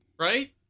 right